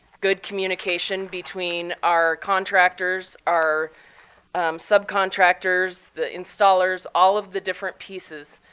good communication, between our contractors, our subcontractors, the installers, all of the different pieces